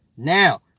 Now